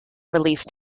released